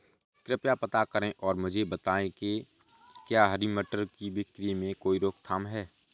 कृपया पता करें और मुझे बताएं कि क्या हरी मटर की बिक्री में कोई रोकथाम है?